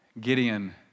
Gideon